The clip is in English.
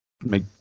make